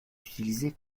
utilisée